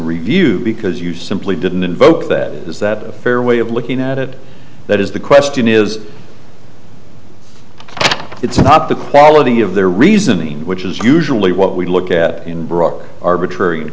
review because you simply didn't invoke that is that a fair way of looking at it that is the question is it's not the quality of their reasoning which is usually what we look at brock arbitrary